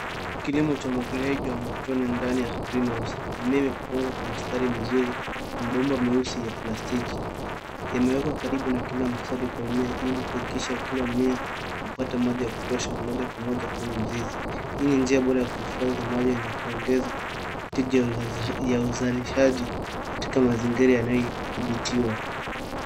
Kilimo cha umwagiliaji wa matone ndani ya greenhouse. Mimea imepangwa kwa mistari mizuri. Mabomba meusi ya plastiki yamewekwa karibu na kila mstari kwa mimea ili kuhakikisha kila mmea umepata maji ya kutosha moja kwa moja kwenye mzizi. Hii ni njia bora ya kuhifadhi maji na kuongeza tija ya uzalishaji katika mazingira yanayodhibitiwa.